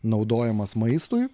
naudojamas maistui